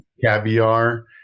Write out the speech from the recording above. caviar